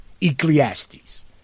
Ecclesiastes